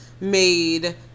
made